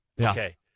Okay